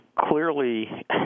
clearly